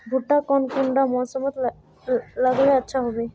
भुट्टा कौन कुंडा मोसमोत लगले अच्छा होबे?